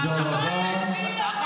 תודה רבה.